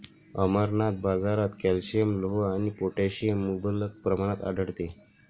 अमरनाथ, बाजारात कॅल्शियम, लोह आणि पोटॅशियम मुबलक प्रमाणात आढळते